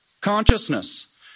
consciousness